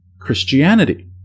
Christianity